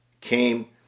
came